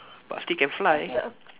but still can fly